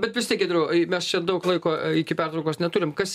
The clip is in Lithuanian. bet vis tiek giedriau mes čia daug laiko iki pertraukos neturim kas